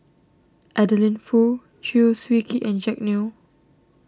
Adeline Foo Chew Swee Kee and Jack Neo